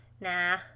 Nah